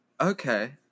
Okay